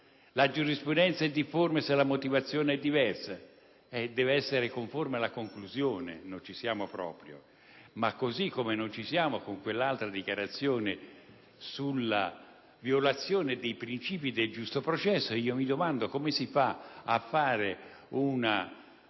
La giurisprudenza è difforme se la motivazione è diversa? Deve essere conforme alla conclusione; non ci siamo proprio. Così come non ci siamo con l'altra dichiarazione sulla violazione dei princìpi del giusto processo. Mi domando come si faccia ad